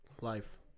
life